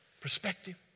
Perspective